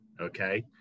okay